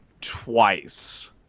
twice